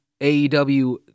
AEW